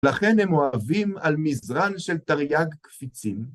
לכן הם אוהבים על מזרן של תרי"ג קפיצים.